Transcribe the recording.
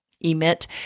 emit